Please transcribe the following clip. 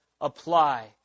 apply